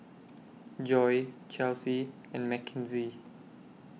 Joy Chelsy and Mackenzie